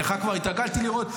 אותך כבר התרגלתי לראות.